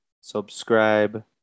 subscribe